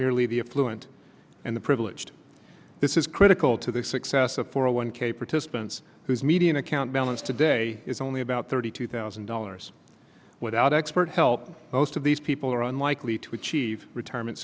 merely the affluent and the privileged this is critical to the success of for a one k participants whose median account balance today is only about thirty two thousand dollars without expert help most of these people are unlikely to achieve retirement